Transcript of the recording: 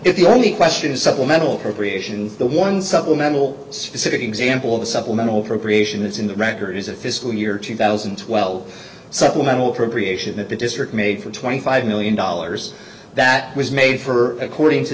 if the only question is supplemental appropriations the one supplemental specific example of the supplemental appropriation that's in the record is a fiscal year two thousand and twelve supplemental appropriation that the district made for twenty five million dollars that was made for according to